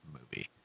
movie